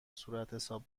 صورتحساب